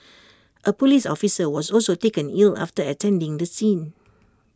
A Police officer was also taken ill after attending the scene